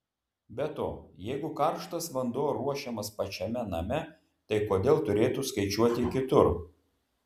be to jeigu karštas vanduo ruošiamas pačiame name tai kodėl turėtų skaičiuoti kitur